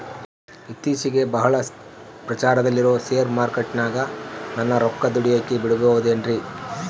ಇತ್ತೇಚಿಗೆ ಬಹಳ ಪ್ರಚಾರದಲ್ಲಿರೋ ಶೇರ್ ಮಾರ್ಕೇಟಿನಾಗ ನನ್ನ ರೊಕ್ಕ ದುಡಿಯೋಕೆ ಬಿಡುಬಹುದೇನ್ರಿ?